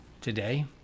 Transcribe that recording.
today